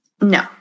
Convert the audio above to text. No